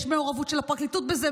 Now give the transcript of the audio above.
יש מעורבות של הפרקליטות בזה,